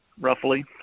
roughly